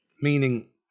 Meaning